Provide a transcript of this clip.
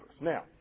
Now